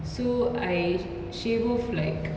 so I she both like